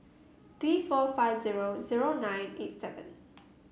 three four five zero zero nine eight seven